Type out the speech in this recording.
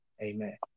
Amen